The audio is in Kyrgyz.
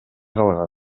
калган